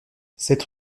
sept